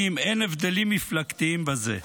הבדלים מפלגתיים בזה.